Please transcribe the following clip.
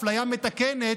אפליה מתקנת,